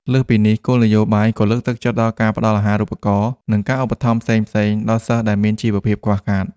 លើសពីនេះ គោលនយោបាយក៏លើកទឹកចិត្តដល់ការផ្តល់អាហារូបករណ៍ និងការឧបត្ថម្ភផ្សេងៗដល់សិស្សដែលមានជីវភាពខ្វះខាត។